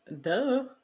Duh